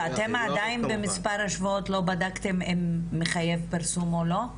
ואתם עדיין במספר השבועות לא בדקתם אם מחייב פרסום או לא?